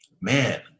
man